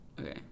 okay